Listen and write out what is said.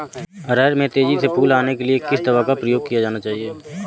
अरहर में तेजी से फूल आने के लिए किस दवा का प्रयोग किया जाना चाहिए?